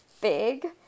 big